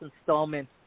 installment